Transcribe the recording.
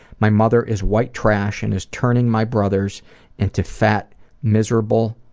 my mother is white trash and is turning my bothers into fat miserable